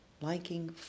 liking